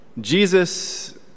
Jesus